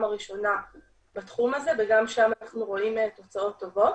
הראשונה בתחום הזה וגם שם אנחנו רואים תוצאות טובות.